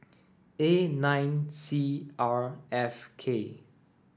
A nine C R F K